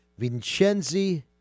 Vincenzi